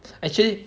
actually